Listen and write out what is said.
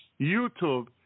YouTube